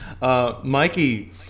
Mikey